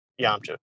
Yamcha